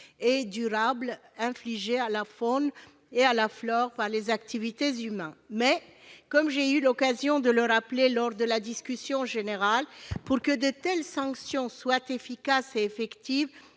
et durables infligées à la faune et à la flore par les activités humaines. Reste que, comme je l'ai souligné dans la discussion générale, pour que de telles sanctions soient efficaces et effectives,